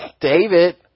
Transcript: David